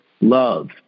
love